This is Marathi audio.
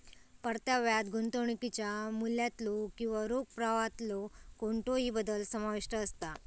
परताव्यात गुंतवणुकीच्या मूल्यातलो किंवा रोख प्रवाहातलो कोणतोही बदल समाविष्ट असता